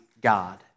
God